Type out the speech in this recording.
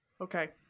Okay